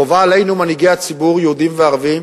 החובה עלינו, מנהיגי הציבור, יהודים וערבים,